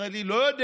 החקלאות.